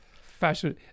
fashion